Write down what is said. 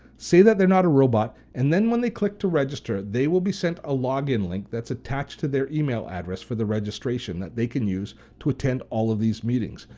say that they're not a robot and then when they click to register they will be sent a login link that's attached to their email address for the registration that they can use to attend all of these meetings.